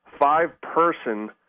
five-person